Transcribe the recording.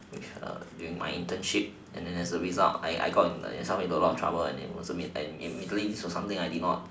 which during my internship and then as a result I I got into some a lot of trouble in the end and it was imme~ and immediately this was something I did not